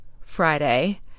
Friday